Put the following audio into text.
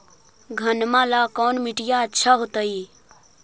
घनमा ला कौन मिट्टियां अच्छा होतई?